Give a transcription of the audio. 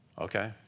Okay